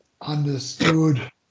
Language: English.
understood